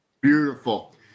Beautiful